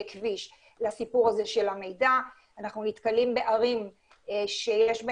עינת, אנחנו איתך.